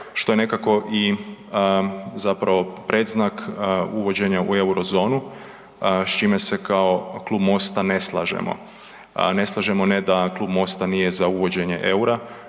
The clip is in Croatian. što je nekako i zapravo predznak uvođenja u Eurozonu, s čime se kao Klub Mosta ne slažemo. Ne slažemo, ne da Klub Mosta nije za uvođenje eura,